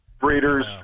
breeders